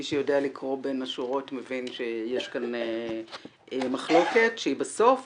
מי שיודע לקרוא בין השורות מבין שיש כאן מחלוקת שבסוף